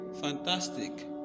fantastic